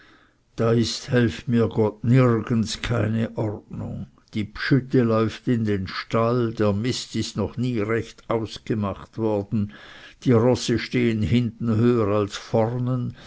da ist helf mir gott nirgends keine ordnung die bschütte läuft in den stall der mist ist noch nie recht ausgemacht worden die rosse stehen hinten höher als vornen